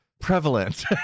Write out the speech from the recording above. prevalent